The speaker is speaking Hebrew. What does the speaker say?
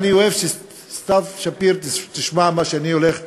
אני אוהב שסתיו שפיר תשמע מה שאני הולך להגיד,